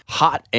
hot